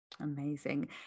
Amazing